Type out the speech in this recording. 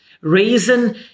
Reason